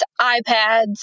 iPads